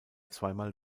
zweimal